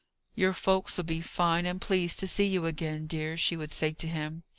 your folks'll be fine and pleased to see you again, dear, she would say to him.